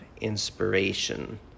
inspiration